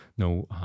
no